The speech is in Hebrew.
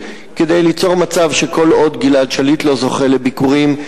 וליצור מצב שכל עוד גלעד שליט לא זוכה לביקורים,